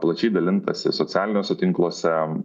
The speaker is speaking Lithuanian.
plačiai dalintasi socialiniuose tinkluose